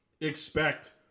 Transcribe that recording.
expect